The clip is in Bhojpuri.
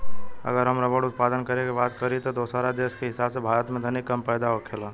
अगर हम रबड़ उत्पादन करे के बात करी त दोसरा देश के हिसाब से भारत में तनी कम पैदा होखेला